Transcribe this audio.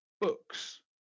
books